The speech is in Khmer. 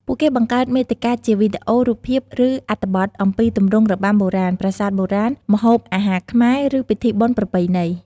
ពួកគេបង្កើតមាតិកាជាវីដេអូ រូបភាព ឬអត្ថបទអំពីទម្រង់របាំបុរាណ ប្រាសាទបុរាណ ម្ហូបអាហារខ្មែរ ឬពិធីបុណ្យប្រពៃណី។